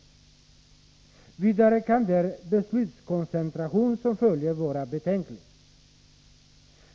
Vidare kan den beslutskoncentration som följer vara betänklig.